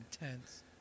Intense